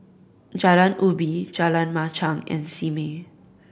Jalan Ubi Jalan Machang and Simei